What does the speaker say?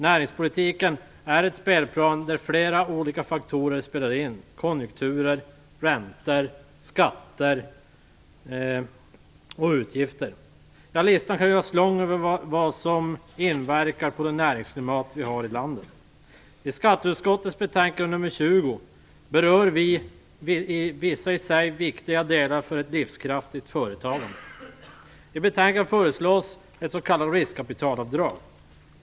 Näringspolitiken är en spelplan där flera olika faktorer spelar in: konjunkturer, räntor, skatter och utgifter. Listan kan göras lång över vad som inverkar på det näringsklimat vi har i landet. I skatteutskottets betänkande nr 20 berör vi vissa för ett livskraftigt företagande i sig viktiga delar.